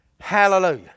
Hallelujah